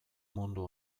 mundu